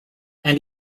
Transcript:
and